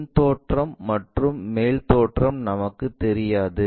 முன் தோற்றம் மற்றும் மேல் தோற்றம் நமக்குத் தெரியும்